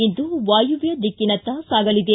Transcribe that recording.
ಇಂದು ವಾಯುವ್ಯ ದಿಕ್ಕಿನತ್ತ ಸಾಗಲಿದೆ